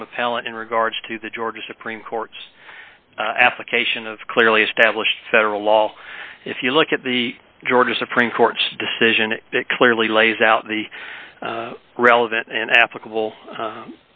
from appellant in regards to the georgia supreme court's application of clearly established federal law if you look at the georgia supreme court's decision that clearly lays out the relevant and applicable